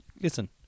listen